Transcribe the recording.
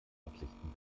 absichten